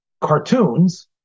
cartoons